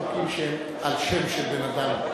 לא טוב חוקים שהם על שם של בן-אדם.